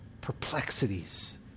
perplexities